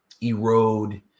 erode